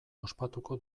ospatuko